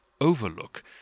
Overlook